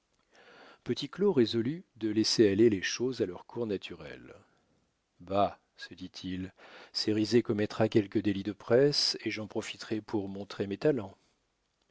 petit claud résolut de laisser aller les choses à leur cours naturel bah se dit-il cérizet commettra quelque délit de presse et j'en profiterai pour montrer mes talents